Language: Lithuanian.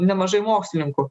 nemažai mokslininkų